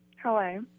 hello